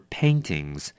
paintings